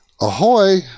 ahoy